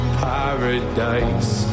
paradise